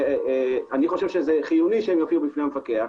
אני חושב שחיוני שיופיעו בפני המפקח.